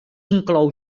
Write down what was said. inclou